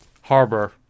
harbor